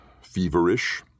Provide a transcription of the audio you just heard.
feverish